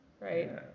Right